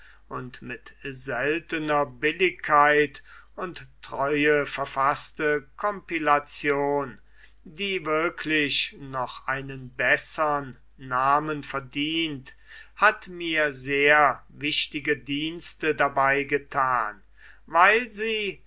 und mit seltener billigkeit und treue verfaßte compilation die wirklich noch einen bessern namen verdient hat mir sehr wichtige dienste dabei gethan weil sie